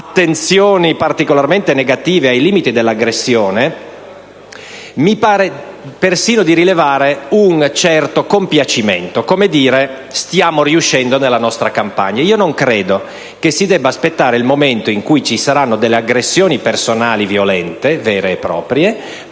attenzioni particolarmente negative, ai limiti dell'aggressione, mi pare persino di rilevare un certo compiacimento, come per dire «stiamo riuscendo nella campagna». Io non credo che si debba aspettare il momento in cui ci saranno delle aggressioni personali violente vere e proprie